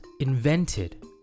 invented